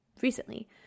recently